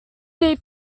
deep